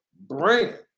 brand